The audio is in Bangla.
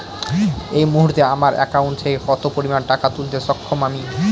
এই মুহূর্তে আমার একাউন্ট থেকে কত পরিমান টাকা তুলতে সক্ষম আমি?